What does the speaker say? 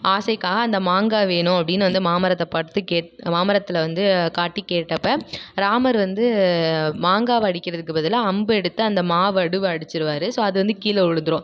ஆசைக்காக அந்த மாங்காய் வேணும் அப்படீனு வந்து அந்த மாமரத்தை பார்த்து கேட் மாமரத்தில் வந்து காட்டி கேட்டப்ப ராமர் வந்து மாங்காவை அடிக்கிறத்துக்கு பதிலாக அம்பை எடுத்து அந்த மாவடுவை அடிச்சுருவாரு ஸோ அது வந்து கீழே விழுந்துரும்